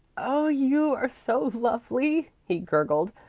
oh, you are so lovely! he gurgled.